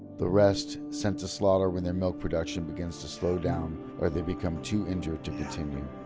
the rest sent to slaughter when their milk production begins to slow down or they become too injured to continue.